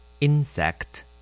Insect